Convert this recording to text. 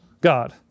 God